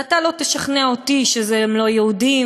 ואתה לא תשכנע אותי שהם לא יהודים,